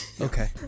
Okay